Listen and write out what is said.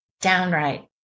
downright